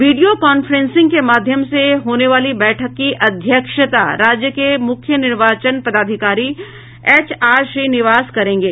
video conferencing के माध्यम से होने वाली बैठक की अध्यक्षता राज्य के मुख्य निर्वाचन पदाधिकारी एच आर श्रीनिवास करेंगे